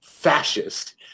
fascist